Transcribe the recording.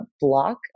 block